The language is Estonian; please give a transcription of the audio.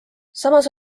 samas